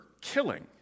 killing